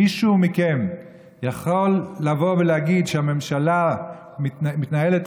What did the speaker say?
מישהו מכם יכול לבוא ולהגיד שהממשלה מתנהלת,